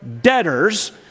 debtors